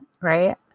right